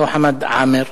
לא חמד עאמֶר.